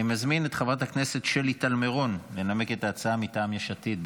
אני מזמין את חברת הכנסת שלי טל מירון לנמק את ההצעה מטעם יש עתיד.